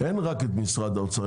אין רק את משרד האוצר,